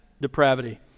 depravity